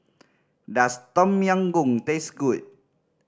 does Tom Yam Goong taste good